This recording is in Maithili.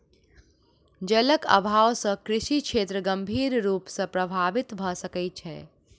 जलक अभाव से कृषि क्षेत्र गंभीर रूप सॅ प्रभावित भ सकै छै